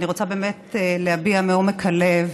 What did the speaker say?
אני רוצה באמת להביע מעומק הלב